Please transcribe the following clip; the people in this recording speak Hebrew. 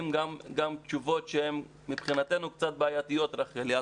תשובות שהן מבחינתנו קצת בעיתיות רחלי.